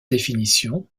définitions